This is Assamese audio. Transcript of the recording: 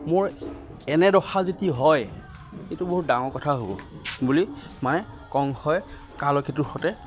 মোৰ এনে দশা যদি হয় এইটো বহুত ডাঙৰ কথা হ'ব বুলি মানে কংশই কালকেটুৰ সতে